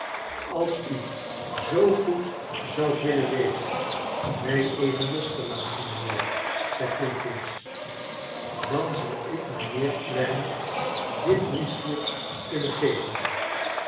als u zoo goed zoudt willen wezen mij even los te laten mijnheer zei flintwinch dan zal ik mijnheer clennam dit briefje kunnen geven